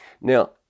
Now